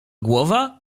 głowa